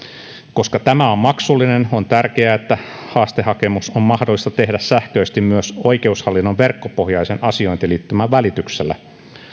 koska tämä on maksullinen on tärkeää että haastehakemus on mahdollista tehdä sähköisesti myös oikeushallinnon verkkopohjaisen asiointiliittymän välityksellä